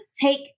take